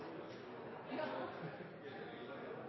Da